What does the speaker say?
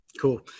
Cool